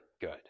good